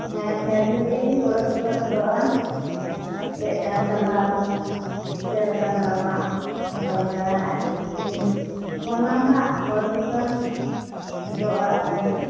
ᱦᱮᱸ ᱯᱷᱮᱰ ᱞᱮᱜᱮᱧ ᱯᱚᱨᱮᱨ ᱥᱚᱯᱛᱟ ᱯᱷᱮᱰᱚᱜᱼᱟ ᱪᱮᱫ ᱞᱮᱠᱟᱱ ᱠᱟᱞᱟᱨ ᱪᱮᱫ ᱞᱮᱠᱟᱱ ᱫᱟᱢᱟᱜ ᱚᱱᱠᱟ ᱞᱮᱠᱟ ᱦᱟᱜ ᱤᱧ ᱯᱷᱳᱱ ᱟᱢ ᱦᱟᱜ ᱯᱚᱨᱮᱨ ᱥᱚᱯᱛᱟ ᱯᱷᱮᱰᱚᱜᱼᱟ ᱟᱫᱚᱧ